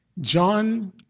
John